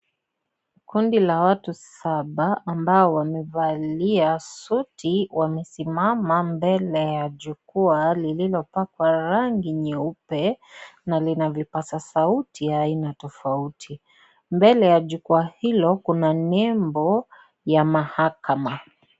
Kundia watu saba ambao wamevalia suti wamesimama mbele ya jukwaa lililo pakwa rangi nyeupe na kina vipasa sauti ya aina tofauti . Mbele ya jukwaa hilo kuna nembo ya mahakama.